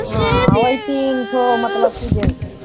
हाँ और तीन ठो मतलब कि जेन्ट्स हैं